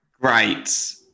great